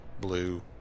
blue